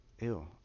Ew